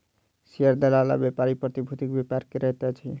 share दलाल आ व्यापारी प्रतिभूतिक व्यापार करैत अछि